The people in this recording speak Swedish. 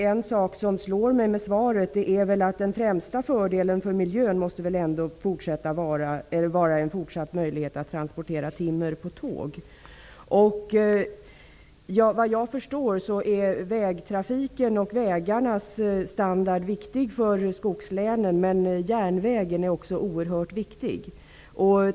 En sak som slår mig i svaret är att den främsta fördelen för miljön väl ändå måste vara en fortsatt möjlighet att transportera timmer på tåg. Vad jag förstår är vägtrafiken och vägarnas standard viktiga för skogslänen. Men järnvägen är också oerhört viktig.